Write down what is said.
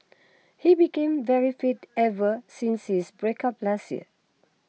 he became very fit ever since his break up last year